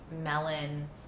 melon